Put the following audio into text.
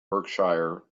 berkshire